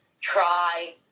try